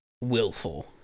willful